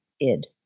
id